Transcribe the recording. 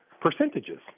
percentages